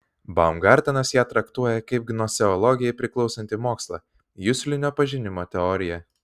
baumgartenas ją traktuoja kaip gnoseologijai priklausantį mokslą juslinio pažinimo teoriją